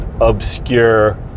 obscure